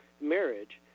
marriage